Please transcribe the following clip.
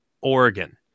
Oregon